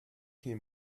him